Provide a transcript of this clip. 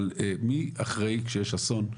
אבל מי אחראי כשיש אסון,